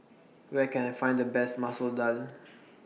Where Can I Find The Best Masoor Dal